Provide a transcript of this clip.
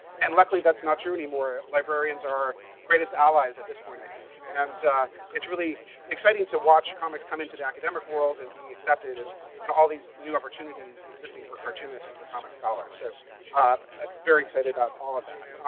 and luckily, that's not true anymore. librarians are our greatest allies at this point, i think. and it's really exciting to watch comics come into the academic world and be accepted, and and all these new opportunities existing for cartoonists and for comic scholars. so ah ah very excited about all of that.